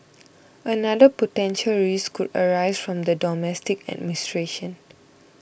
another potential risk could arise from the domestic administration